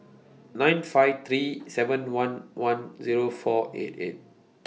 nine five three seven one one Zero four eight eight